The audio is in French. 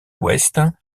ouest